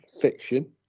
fiction